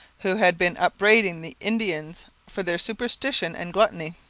who had been upbraiding the indians for their superstition and gluttony